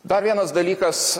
dar vienas dalykas